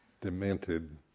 demented